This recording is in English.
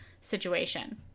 situation